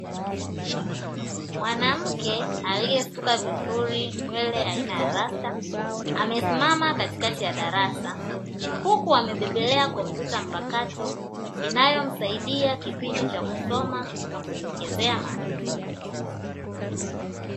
Mwanamke aliyesuka vizuri nywele aina ya rasta amesimama katikati ya darasa, huku amebebelea kompyuta mpakato inayomsaidia kipindi cha kusoma na kujiongezea maarifa.